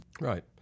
Right